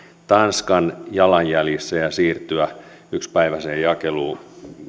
tanskan jalanjäljissä ja siirrytään yksipäiväiseen jakeluun